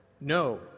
No